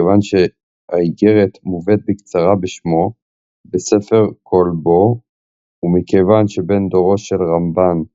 מכיוון שהאיגרת מובאת בקצרה בשמו בספר כל בו ומכיוון שבן דורו של רמב"ן,